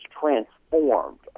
transformed